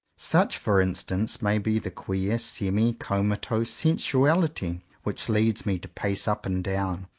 such for instance may be the queer semi-comatose sensuahty which leads me to pace up and down,